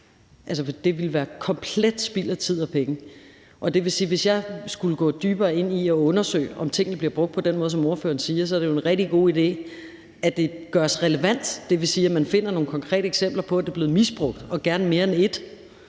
det ville være et komplet spild af tid og penge. Hvis jeg skulle gå dybere ind i at undersøge, om tingene bliver brugt på den måde, som ordføreren siger, er det jo en rigtig god idé, at det gøres relevant, dvs. at man finder nogle konkrete eksempler på, at det er blevet misbrugt, og gerne mere end et,